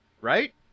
right